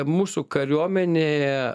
mūsų kariuomenėje